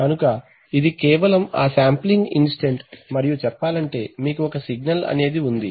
కనుక ఇది కేవలం ఆ శాంప్లింగ్ ఇంస్టంట్ మరియు చెప్పాలంటే మీకు ఒక సిగ్నల్ అనేది ఉంది